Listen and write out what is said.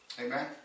Amen